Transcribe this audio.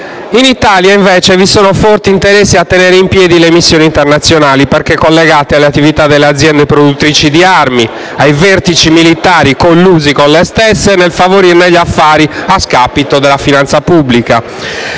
In Italia, invece, vi sono forti interessi a tenere in piedi le missioni internazionali, perché collegate alle attività delle aziende produttrici di armi e ai vertici militari collusi con le stesse nel favorirne gli affari a scapito della finanza pubblica.